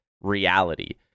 reality